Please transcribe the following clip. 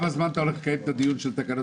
הישיבה ננעלה בשעה